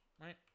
Right